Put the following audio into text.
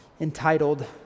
entitled